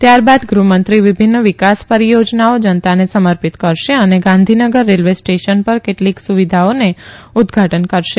ત્યારબાદ ગૃહમંત્રી વિભિન્ન વિકાસ પરીયો નાઓ નતાને સમર્પિત કરશે અને ગાંધીનગર રેલવે સ્ટેશન પર કેટલીક સુવિધાઓને ઉદઘાટીત કરશે